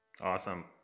awesome